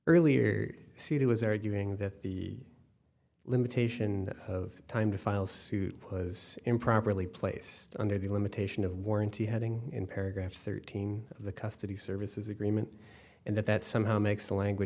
earlier cd was arguing that the limitation of time to file suit was improperly placed under the limitation of warranty heading in paragraph thirteen of the custody services agreement and that that somehow makes the language